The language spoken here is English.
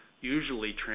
usually